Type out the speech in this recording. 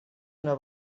una